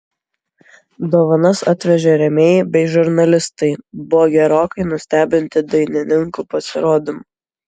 dovanas atvežę rėmėjai bei žurnalistai buvo gerokai nustebinti dainininkų pasirodymu